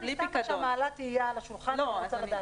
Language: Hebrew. אני סתם עכשיו מעלה תהייה על השולחן ואני רוצה לדעת.